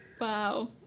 Wow